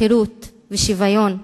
חירות ושוויון.